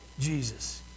Jesus